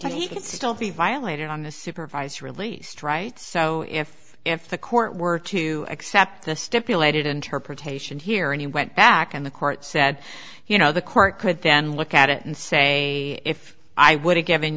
they could still be violated on a supervised release stright so if if the court were to accept the stipulated interpretation here and he went back and the court said you know the court could then look at it and say if i would have given